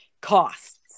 costs